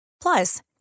Plus